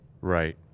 right